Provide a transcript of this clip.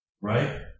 Right